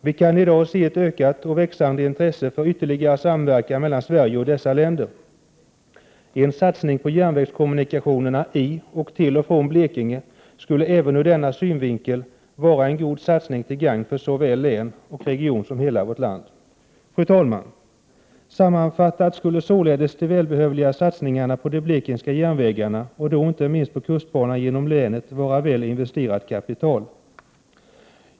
Vi kan i dag se ett ökat och växande intresse för ytterligare samverkan mellan Sverige och dessa länder. En satsning på järnvägskommunikationerna i samt till och från Blekinge skulle även ur denna synvinkel vara en god satsning till gagn för såväl län och region som hela vårt land. Fru talman! Sammanfattat skulle således de välbehövliga satsningarna på de blekingska järnvägarna, och då inte minst på kustbanan genom länet, vara väl investerat kapital.